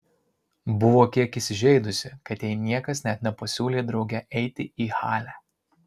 buvo kiek įsižeidusi kad jai niekas net nepasiūlė drauge eiti į halę